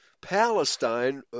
Palestine